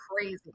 crazy